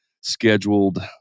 scheduled